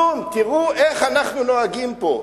תראו איך אנחנו נוהגים פה.